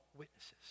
Witnesses